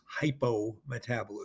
hypometabolism